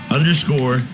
Underscore